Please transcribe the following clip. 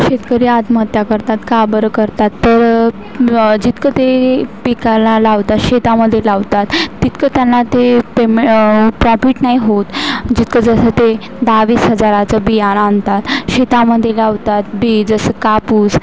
शेतकरी आत्महत्या करतात का बरं करतात तर जितकं ते पिकाला लावतात शेतामध्ये लावतात तितकं त्यांना ते पेमे प्रॉफिट नाही होत जितकं जसं ते दहा वीस हजाराचं बियाणं आणतात शेतामध्ये लावतात बी जसं कापूस